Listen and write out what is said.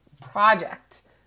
project